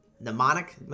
mnemonic